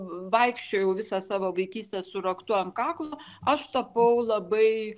vaikščiojau visą savo vaikystę su raktu ant kaklo aš tapau labai